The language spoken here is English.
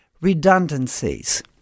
redundancies